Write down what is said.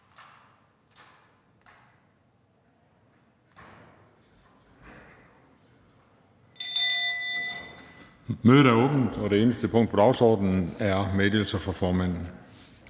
Mødet er åbnet. --- Det eneste punkt på dagsordenen er: 1) Meddelelser fra formanden